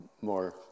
more